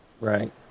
Right